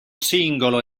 singolo